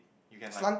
you can like